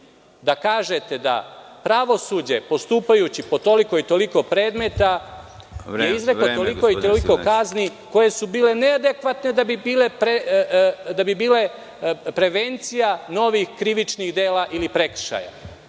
da kažete da je pravosuđe, postupajući po toliko i toliko predmeta, izreklo toliko i toliko kazni koje su bile neadekvatne da bi bile prevencija novih krivičnih dela ili